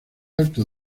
alto